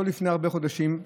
לא לפני הרבה חודשים,